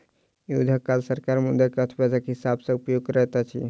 युद्धक काल सरकार मुद्रा के अर्थव्यस्था के हिसाब सॅ उपयोग करैत अछि